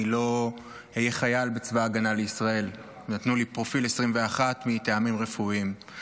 לא אהיה חייל בצבא הגנה לישראל ונתנו לי פרופיל 21 מטעמים רפואיים.